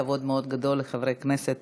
כבוד מאוד גדול לחברי הכנסת